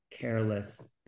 careless